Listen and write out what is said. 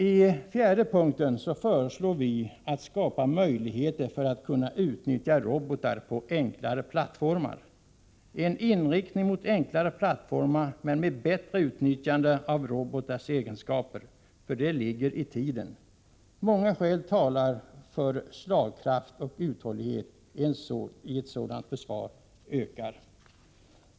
I den fjärde punkten föreslår vi att möjligheter skapas för att utnyttja robotar på enklare plattformar. Vi föreslår en inriktning mot enklare plattformar men med bättre utnyttjande av robotars egenskaper, vilket ligger i tiden. Många skäl talar för att slagkraft och uthållighet ökar i ett sådant försvar.